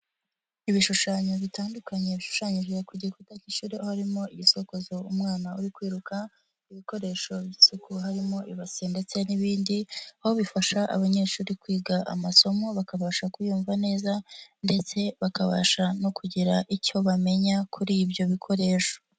Ibishushanyo bitandukanye bishushanyije ku gikuta cy'ishyuri harimo igisokozo, umwana uri kwiruka, ibikoresho by'isuku, harimo ibasi ndetse n'ibindi aho bifasha abanyeshuri kwiga amasomo bakabasha kuyumva neza ndetse bakabasha no kugira icyo bamenya kuri ibyo bikoresho.